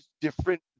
different